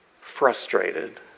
frustrated